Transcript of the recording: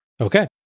Okay